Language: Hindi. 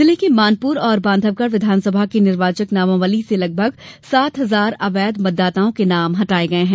जिले की मानपुर और बांधवगढ़ विधानसभा की निर्वाचक नामावली से लगभग सात हजार अवैध मतदाताओं के नाम हटाये गये हैं